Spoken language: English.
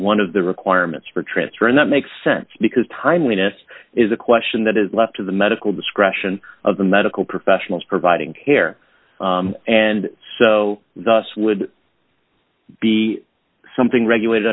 one of the requirements for transfer and that makes sense because timeliness is a question that is left to the medical discretion of the medical professionals providing care and so thus would be something regulated